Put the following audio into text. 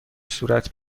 صورت